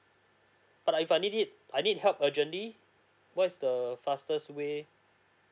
but if I need it I need help urgently what's the fastest way